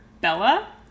Bella